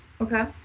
Okay